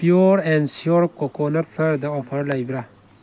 pure and sure coconut flavoured offer ꯂꯩꯕ꯭ꯔꯥ